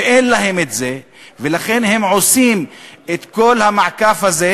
ואין להם, ולכן הם עושים את כל המעקף הזה,